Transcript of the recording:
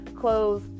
Clothes